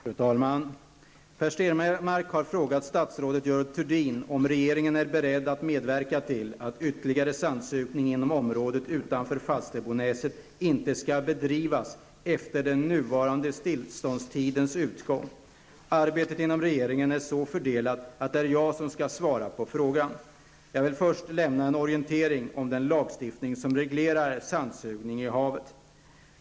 Fru talman! Per Stenmarck har frågat statsrådet Görel Thurdin om regeringen är beredd att medverka till att ytterligare sandsugning inom området utanför Falsterbonäset inte skall bedrivas efter den nuvarande tillståndstidens utgång. Arbetet inom regeringen är så fördelat att det är jag som skall svara på frågan. Jag vill först lämna en orientering om den lagstiftning som reglerar sandsugning i havet.